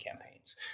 campaigns